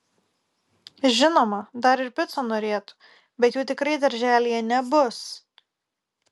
žinoma dar ir picų norėtų bet jų tikrai darželyje nebus